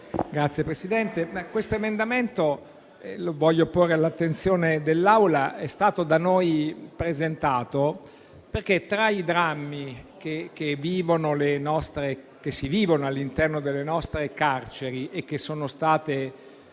Signor Presidente, l'emendamento 5.0.118, che voglio porre all'attenzione dell'Assemblea, è stato da noi presentato perché tra i drammi che si vivono all'interno delle nostre carceri e che sono stati